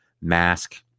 Mask